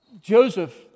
Joseph